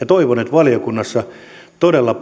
toivon että valiokunnassa todella